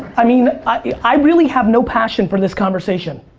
i mean i really have no passion for this conversation.